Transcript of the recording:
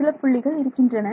சில புள்ளிகள் இருக்கின்றன